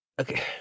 Okay